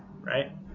right